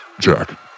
Jack